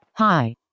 Hi